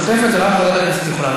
משותפת, זה רק ועדת הכנסת יכולה.